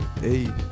hey